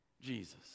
Jesus